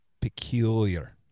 peculiar